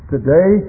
Today